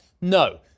No